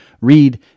read